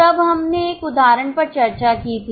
तब हमने एक उदाहरण पर चर्चा की थी